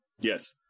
Yes